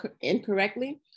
incorrectly